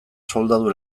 soldadu